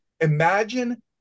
imagine